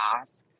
ask